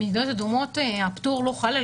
במדינות אדומות הפטור לא חל,